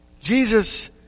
Jesus